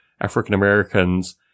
African-Americans